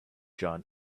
john